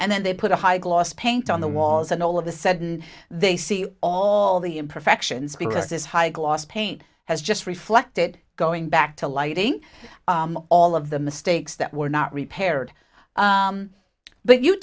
and then they put a high gloss paint on the walls and all of the said and they see all the imperfections because this high gloss paint has just reflected going back to lighting all of the mistakes that were not repaired but you